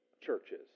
churches